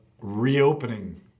reopening